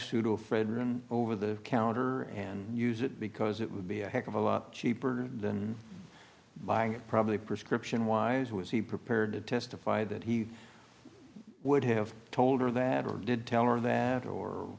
pseudoephedrine over the counter and use it because it would be a heck of a lot cheaper than buying probably prescription wise was he prepared to testify that he would have told her that or did tell her that or